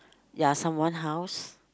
ya someone house